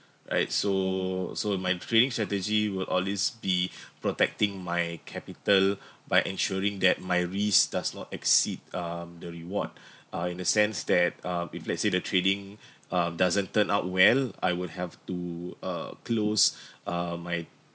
alright so so my trading strategy will always be protecting my capital by ensuring that my risk does not exceed um the reward uh in the sense that um if let's say the trading um doesn't turn out well I will have to uh close uh my